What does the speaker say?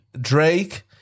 Drake